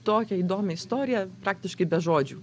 tokią įdomią istoriją praktiškai be žodžių